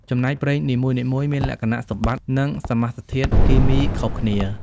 ចំណែក ប្រេងនីមួយៗមានលក្ខណៈសម្បត្តិ និងសមាសធាតុគីមីខុសគ្នា។